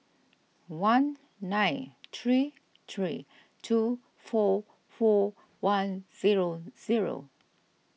one nine three three two four four one zero zero